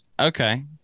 Okay